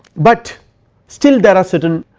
but still there are certain.